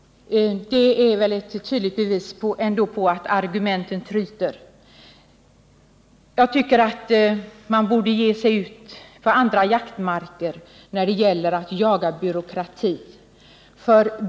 Det är väl ändå ett tydligt bevis på att argumenten tryter! Man borde ge sig ut på andra jaktmarker när det gäller att jaga byråkrati.